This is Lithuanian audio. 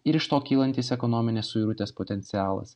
ir iš to kylantis ekonominės suirutės potencialas